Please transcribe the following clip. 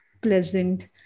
pleasant